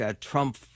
Trump